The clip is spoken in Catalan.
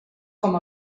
com